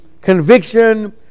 conviction